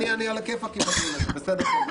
אני על הכיפק עם הדיון הזה, בסדר גמור.